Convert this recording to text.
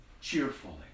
cheerfully